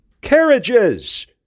Carriages